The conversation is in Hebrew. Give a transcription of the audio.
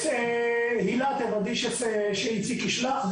הילה, תוודאי שאיציק ישלח.